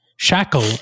Shackle